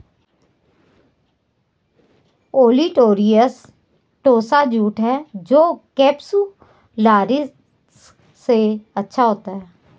olitorius tossa jute है जो capsularis से अच्छा होता है